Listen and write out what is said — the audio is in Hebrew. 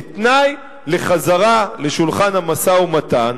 כתנאי לחזרה לשולחן המשא-ומתן,